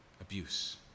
abuse